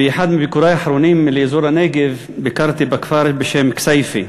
באחד מביקורי האחרונים באזור הנגב ביקרתי בכפר בשם כסייפה.